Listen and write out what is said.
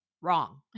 Wrong